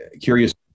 Curious